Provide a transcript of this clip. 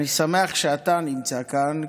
אני שמח שאתה נמצא כאן,